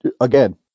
again